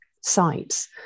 sites